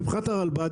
מבחינת הרלב"ד,